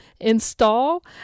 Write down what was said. install